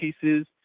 pieces